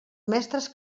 mestres